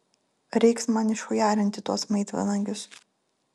reiks man išchujarinti tuos maitvanagius